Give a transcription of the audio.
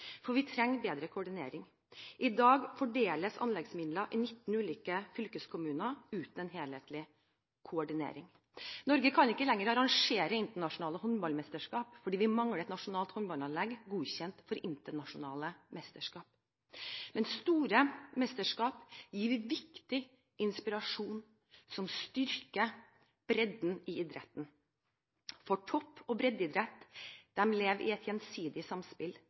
for vi trenger bedre koordinering. I dag fordeles anleggsmidler i 19 ulike fylkeskommuner uten en helhetlig koordinering. Norge kan ikke lenger arrangere internasjonale håndballmesterskap, fordi vi mangler et nasjonalt håndballanlegg som er godkjent for internasjonale mesterskap. Men store mesterskap gir viktig inspirasjon som styrker bredden i idretten, for topp- og breddeidrett lever i et gjensidig samspill.